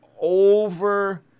over